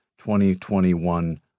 2021